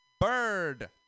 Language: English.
Bird